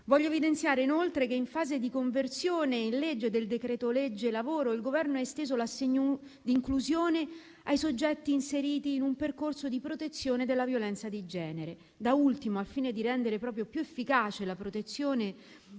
Voglio evidenziare anche che, in fase di conversione in legge del cosiddetto decreto-legge lavoro, il Governo ha esteso l'assegno di inclusione ai soggetti inseriti in un percorso di protezione dalla violenza di genere. Da ultimo, al fine di rendere più efficace la protezione